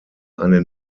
eine